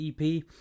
EP